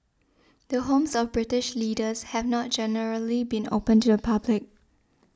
the homes of British leaders have not generally been open to the public